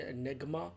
Enigma